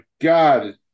God